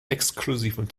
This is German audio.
exklusiven